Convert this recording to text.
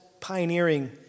pioneering